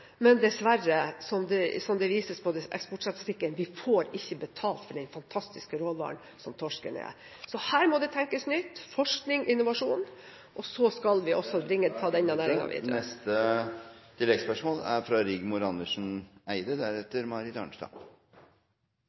men eksportstatistikken viser dessverre at vi ikke får betalt for den fantastiske råvaren som torsken er. Så her må det tenkes nytt – forskning og innovasjon – og så skal vi … Tiden er ute. Rigmor Andersen Eide